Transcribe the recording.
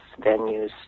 venues